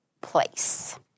place